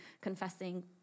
confessing